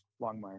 Longmire